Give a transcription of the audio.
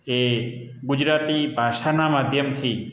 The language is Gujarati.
એ ગુજરાતી ભાષાના માધ્યમથી